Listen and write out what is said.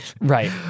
right